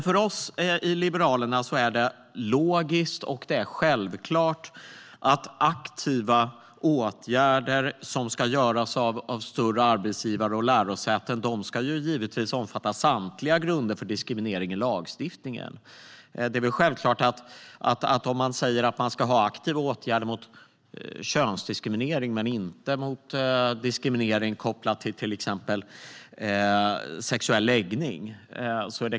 För Liberalerna är det logiskt och självklart att aktiva åtgärder som ska göras av större arbetsgivare och lärosäten ska omfatta samtliga grunder för diskriminering i lagstiftningen. Det är inte rimligt att ha aktiva åtgärder mot könsdiskriminering men inte mot diskriminering kopplad till exempelvis sexuell läggning.